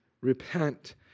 repent